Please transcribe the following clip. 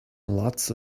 lots